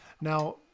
Now